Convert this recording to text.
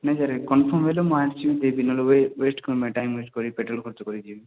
ନାଇଁ sir confirm ହେଲେ ମୁଁ ଆସିବି ନହେଲେ ୱେ ୱେଷ୍ଟ୍ କ'ଣ ପାଇଁ ଟାଇମ୍ ୱେଷ୍ଟ୍ କରିବି ପେଟ୍ରୋଲ୍ ଖର୍ଚ୍ଚ କରିକି ଯିବି